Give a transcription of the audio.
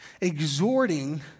exhorting